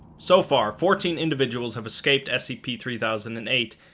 so far, fourteen individuals have escaped scp three thousand and eight,